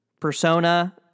persona